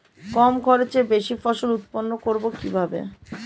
কম খরচে বেশি ফসল উৎপন্ন করব কিভাবে?